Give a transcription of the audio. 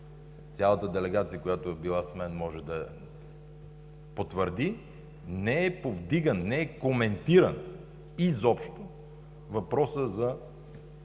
цялата делегация, която е била с мен може да потвърди, не е повдиган, не е коментиран изобщо въпросът за